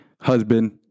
husband